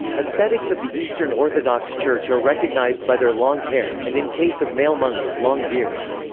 ascetics of the eastern orthodox church are recognised by their long hair, and in case of male monks, long beards.